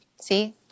See